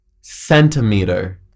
centimeter